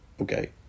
Okay